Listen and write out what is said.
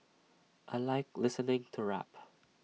I Like listening to rap